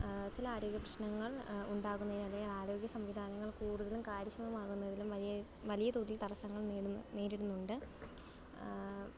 ചില ആരോഗ്യ പ്രശ്നങ്ങൾ ഉണ്ടാകുന്നതിന് അല്ലെങ്കിൽ ആരോഗ്യ സംവിധാനങ്ങൾ കൂടുതലും കാര്യക്ഷമം ആകുന്നതിൽ വലിയ വലിയ തോതിൽ തടസ്സങ്ങൾ നേടുന്ന നേരിടുന്നുണ്ട്